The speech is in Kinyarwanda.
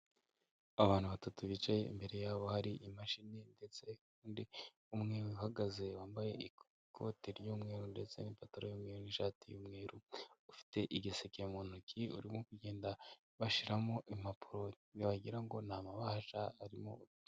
Abantu batatu bicaye, imbere yabo hari imashini ndetse kandi umwe uhagaze wambaye ikoti ry'umweru ndetse n'impantaro y'umweru n'ishati y'umweru, afite igiseke mu ntoki barimo kugenda bashyiramo impapuro wagira ngo ni amabahasha arimo.